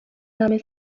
номын